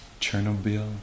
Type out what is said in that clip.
Chernobyl